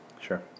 Sure